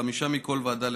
חמישה מכל ועדה,